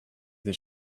that